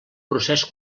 procés